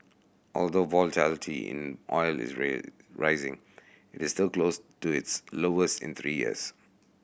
although volatility in oil is rising it is still close to its lowest in three years